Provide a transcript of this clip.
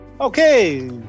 Okay